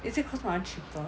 is it because my [one] cheaper